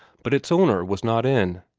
but its owner was not in.